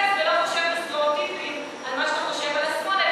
ומתייחס ולא קושר סטריאוטיפים על מה שאתה חושב על השמאל,